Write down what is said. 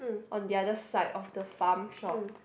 on the other side of the farm shop